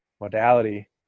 modality